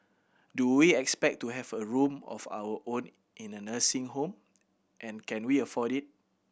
do we expect to have a room of our own in a nursing home and can we afford it